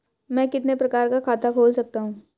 मैं कितने प्रकार का खाता खोल सकता हूँ?